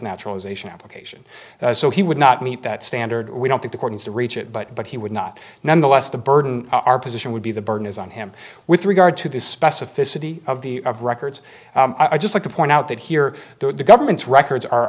naturalization application so he would not meet that standard we don't think according to reach it but but he would not nonetheless the burden our position would be the burden is on him with regard to the specificity of the of records i just like to point out that here the government's records are